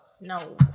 No